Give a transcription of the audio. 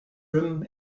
room